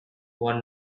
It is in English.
one